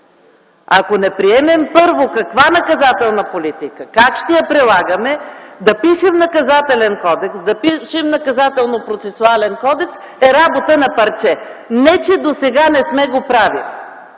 Ако не приемем първо каква да бъде наказателната политика и как ще я прилагаме, то да пишем Наказателен кодекс, да пишем Наказателно-процесуален кодекс, е работа на парче. Не че досега не сме го правили.